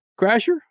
Crasher